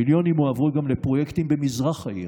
מיליונים הועברו גם לפרויקטים במזרח העיר,